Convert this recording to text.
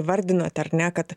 įvardinot ar ne kad